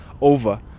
over